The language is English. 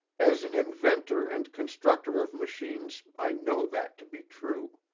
as an inventor and constructor of machines i know that to be true.